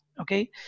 okay